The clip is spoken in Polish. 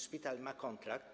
Szpital ma kontrakt.